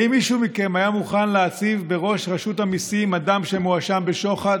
האם מישהו מכם היה מוכן להציב בראש רשות המיסים אדם שמואשם בשוחד?